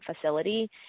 facility